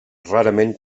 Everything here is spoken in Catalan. rarament